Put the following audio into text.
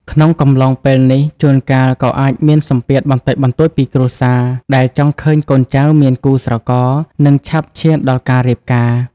ក្នុងកំឡុងពេលនេះ ជួនកាលក៏អាចមានសម្ពាធបន្តិចបន្តួចពីគ្រួសារ ដែលចង់ឃើញកូនចៅមានគូស្រករ និងឆាប់ឈានដល់ការរៀបការ។